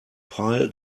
pile